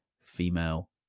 female